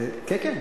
כן כן.